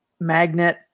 magnet